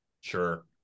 Sure